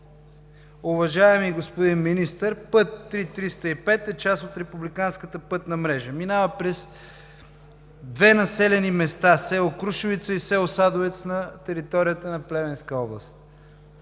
Уважаеми господин Министър, път III-305 е част от републиканската пътна мрежа. Минава през две населени места – село Крушовица и село Садовец, на територията на Плевенска област.